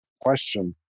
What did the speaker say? question